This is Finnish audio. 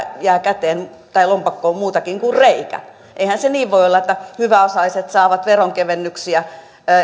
jää lompakkoon muutakin kuin reikä eihän se niin voi olla että hyväosaiset saavat veronkevennyksiä